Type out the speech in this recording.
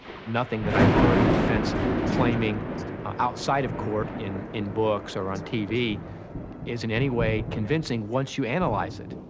nothing that i've heard the defense claiming like ah outside of court in in books or on tv is in any way convincing once you analyze it.